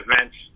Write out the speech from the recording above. events